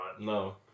No